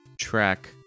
track